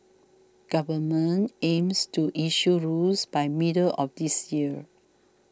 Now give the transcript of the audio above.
government aims to issue rules by middle of this year